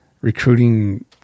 recruiting